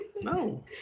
No